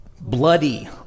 bloody